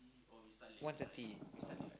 one thirty